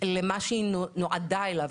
למה שהיא נועדה אליו.